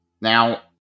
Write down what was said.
Now